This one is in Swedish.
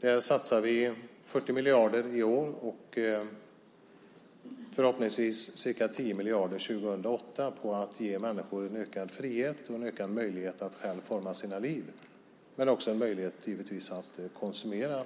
Där satsar vi 40 miljarder i år och förhoppningsvis ca 10 miljarder 2008 på att ge människor en ökad frihet och en ökad möjlighet att själva forma sina liv och givetvis också en möjlighet att konsumera